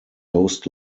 coast